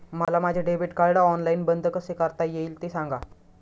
मला माझे debit card online बंद कसे करता येईल, ते सांगा